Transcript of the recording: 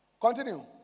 Continue